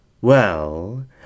Well